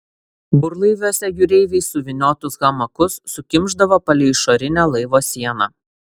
burlaiviuose jūreiviai suvyniotus hamakus sukimšdavo palei išorinę laivo sieną